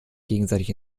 gegenseitig